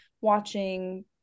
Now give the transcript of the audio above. watching